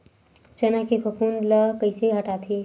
चना के फफूंद ल कइसे हटाथे?